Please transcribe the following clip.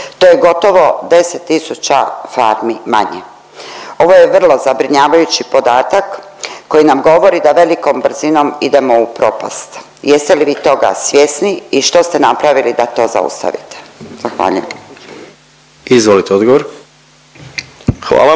to je gotovo 10 tisuća farmi manje. Ovo je vrlo zabrinjavajući podatak koji nam govori da velikom brzinom idemo u propast. Jeste li vi toga svjesni i što ste napravili da to zaustavite? Zahvaljujem. **Jandroković, Gordan